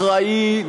אחראי,